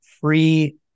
free